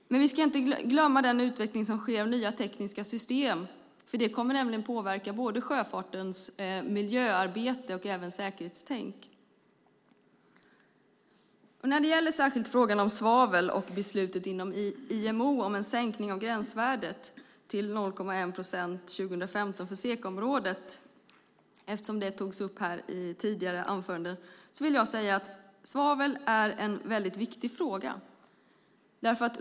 Vi ska inte glömma den utveckling som sker av nya tekniska system, för det kommer att påverka både miljöarbetet och säkerhetstänket inom sjöfarten. Frågan om svavel och beslutet inom IMO om en sänkning av gränsvärdet till 0,1 procent år 2015 för SECA-området, togs upp i ett tidigare anförande. Jag vill säga att svavel är en viktig fråga.